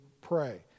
pray